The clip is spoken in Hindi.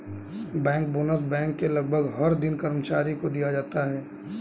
बैंकर बोनस बैंक के लगभग हर एक कर्मचारी को दिया जाता है